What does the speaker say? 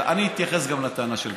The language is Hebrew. אני אתייחס גם לטענה של גרמן.